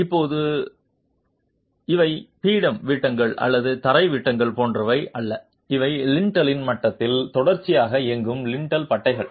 இப்போது இவை பீடம் விட்டங்கள் அல்லது தரை விட்டங்கள் போன்றவை அல்ல இவை லிண்டலின் மட்டத்தில் தொடர்ச்சியாக இயங்கும் லிண்டல் பட்டைகள்